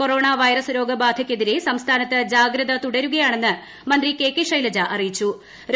corona virus രോഗബാധയ്ക്കെതിരെ സംസ്ഥാനത്ത് ജാഗ്രത തുടരുകയാണെന്ന് മന്ത്രി കെ കെ ശൈലജ അറിയിച്ചു്